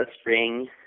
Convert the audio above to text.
string